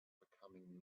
becoming